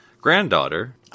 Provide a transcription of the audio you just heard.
granddaughter